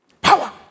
Power